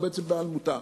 או בעצם בהיעלמותה.